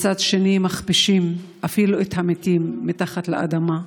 מצד שני מכפישים אפילו את המתים מתחת לאדמה.